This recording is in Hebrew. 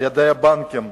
על-ידי הבנקים,